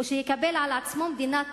או שיקבל על עצמו מדינת